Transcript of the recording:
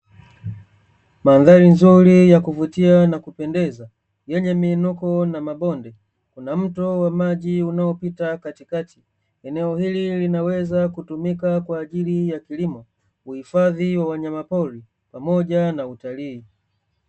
Mandhari nzuri ya kuvutia na kupendeza yenye miinuko na mabonde, kuna mto wa maji unaopita katikati. Eneo hili linaweza kutumika kwa ajili ya kilimo, uhifadhi wa wanyama pori, pamoja na utalii.